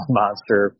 monster